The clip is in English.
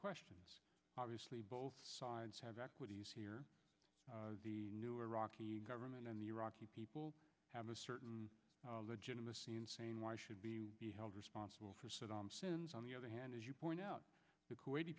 questions obviously both sides have equities here in new iraq government and the iraqi people have a certain legitimacy in saying why should be held responsible for saddam sins on the other hand as you point out the kuwaiti